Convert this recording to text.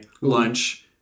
lunch